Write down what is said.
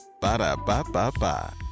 Ba-da-ba-ba-ba